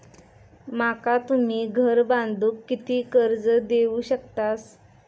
माका तुम्ही घर बांधूक किती कर्ज देवू शकतास?